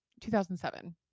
2007